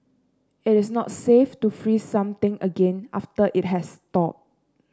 it is not safe to freeze something again after it has thawed